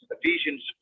Ephesians